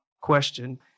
question